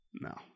no